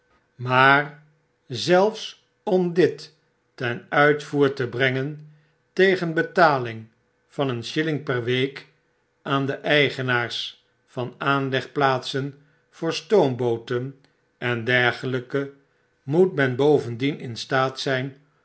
maar mmmum geboorte berichten zelfs om dit ten uitvoer te brengen tegen betaling van een shilling per week aan de eigenaars van aanlegplaatsen voor stoombooten en dergelfike moet men bovendien in staat zyn